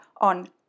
on